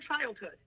childhood